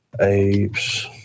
Apes